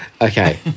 Okay